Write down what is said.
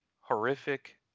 horrific